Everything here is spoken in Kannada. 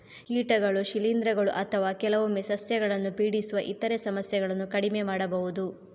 ಕೀಟಗಳು, ಶಿಲೀಂಧ್ರಗಳು ಅಥವಾ ಕೆಲವೊಮ್ಮೆ ಸಸ್ಯಗಳನ್ನು ಪೀಡಿಸುವ ಇತರ ಸಮಸ್ಯೆಗಳನ್ನು ಕಡಿಮೆ ಮಾಡಬಹುದು